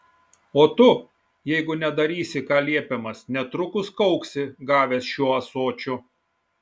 o tu jeigu nedarysi ką liepiamas netrukus kauksi gavęs šiuo ąsočiu